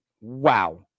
wow